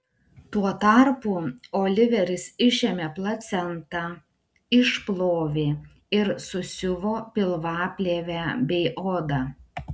tuo tarpu oliveris išėmė placentą išplovė ir susiuvo pilvaplėvę bei odą